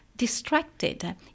Distracted